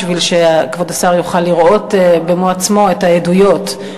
כדי שכבוד השר יוכל לראות בעצמו את העדויות.